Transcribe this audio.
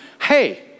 hey